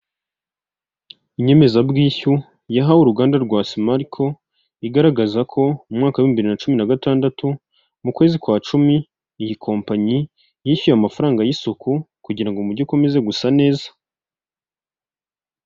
Inyemezabwishyu yahawe uruganda rwa sima ariko igaragaza ko mu mwaka w'ibihumbi bibiri na cumi na gatandatu mu kwezi kwa cumi, iyi kompanyi yishyuye amafaranga y'isuku kugira ngo umujyi ukomeze gusa neza.